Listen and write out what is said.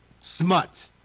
Smut